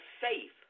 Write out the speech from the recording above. safe